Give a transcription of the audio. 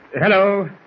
Hello